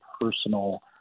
personal